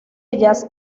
ellas